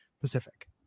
Pacific